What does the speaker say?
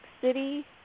City